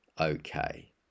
Okay